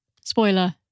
Spoiler